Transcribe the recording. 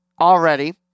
already